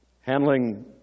Handling